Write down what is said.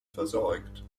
versorgt